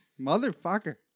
Motherfucker